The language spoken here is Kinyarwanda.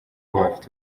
bafite